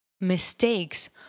Mistakes